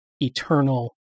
eternal